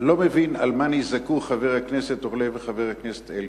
אני לא מבין על מה נזעקו חבר הכנסת אורלב וחבר הכנסת אלקין.